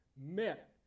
met